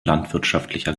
landwirtschaftlicher